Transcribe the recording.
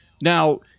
Now